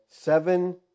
seven